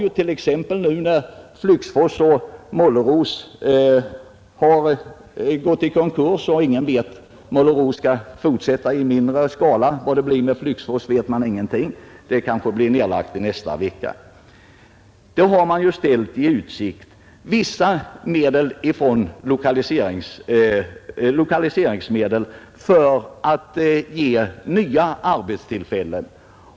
Flygfors och Målerås glasbruk har nu gått i konkurs. Målerås skall fortsätta i mindre skala. Vad det blir av Flygfors vet man inte; det kanske lägges ned i nästa vecka. Där har ställts i utsikt vissa lokaliseringsmedel för att ge nya arbetstillfällen.